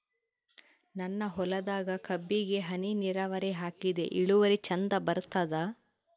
ನನ್ನ ಹೊಲದಾಗ ಕಬ್ಬಿಗಿ ಹನಿ ನಿರಾವರಿಹಾಕಿದೆ ಇಳುವರಿ ಚಂದ ಬರತ್ತಾದ?